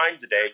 today